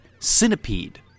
Centipede